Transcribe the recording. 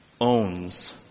owns